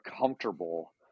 comfortable